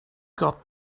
got